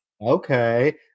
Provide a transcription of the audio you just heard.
Okay